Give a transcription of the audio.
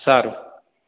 સારું